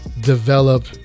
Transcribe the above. develop